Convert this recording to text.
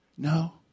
No